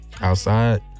outside